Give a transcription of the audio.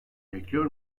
bekliyor